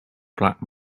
black